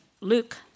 Luke